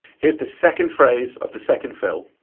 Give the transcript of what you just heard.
here's the second phrase of the second fill.